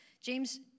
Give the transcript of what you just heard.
James